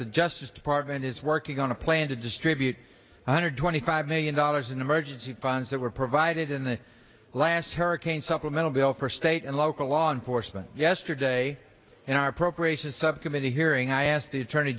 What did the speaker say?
the justice department is working on a plan to distribute one hundred twenty five million dollars in emergency funds that were provided in the last hurricane supplemental bill for state and local law enforcement yesterday in our appropriations subcommittee hearing i asked the attorney